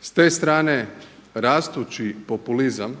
S te strane rastući populizam